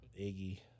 Iggy